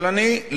אבל אני,